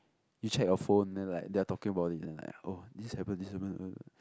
you check your phone then like they are talking about it then like oh this happen this happen uh